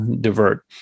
divert